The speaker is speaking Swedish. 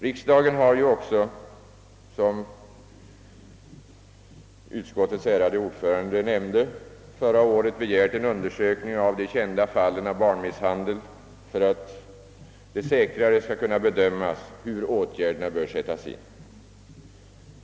Riksdagen har ju också, som utskottets ärade ordförande nämnde, förra året begärt en undersökning av de kända fallen av barnmisshandel för att det säkrare skall kunna bedömas vilka åtgärder som bör sättas in.